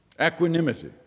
equanimity